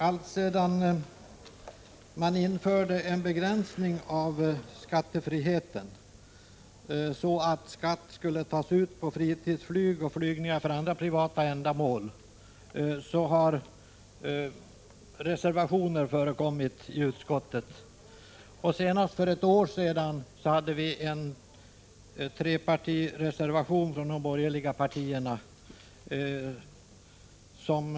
Alltsedan det infördes en begränsning av skattefriheten — dvs. sedan skatt började tas ut på fritidsflyg och flygningar för andra privata ändamål — har reservationer fogats till utskottets betänkanden i denna fråga. Senast för ett år sedan fogades en trepartireservation från de borgerliga partierna till betänkandet.